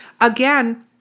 again